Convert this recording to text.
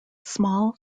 small